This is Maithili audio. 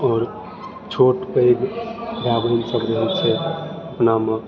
आओर छोट पैघ भाय बहिन सब जे रहै छै गाममे